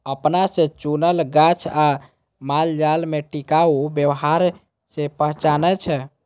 अपना से चुनल गाछ आ मालजाल में टिकाऊ व्यवहार से पहचानै छै